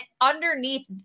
underneath